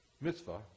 mitzvah